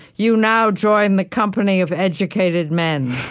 you now join the company of educated men.